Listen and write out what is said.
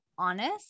honest